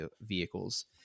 vehicles